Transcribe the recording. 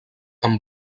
amb